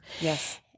Yes